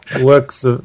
Works